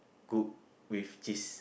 cook with cheese